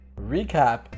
recap